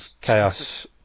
Chaos